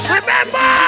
Remember